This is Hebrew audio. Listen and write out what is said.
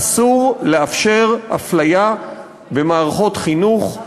אסור לאפשר הפליה במערכות חינוך,